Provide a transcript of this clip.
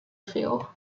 feel